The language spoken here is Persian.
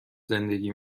زندگی